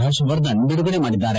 ಹರ್ಷವರ್ಧನ್ ಬಿಡುಗಡೆ ಮಾಡಿದ್ದಾರೆ